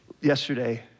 Yesterday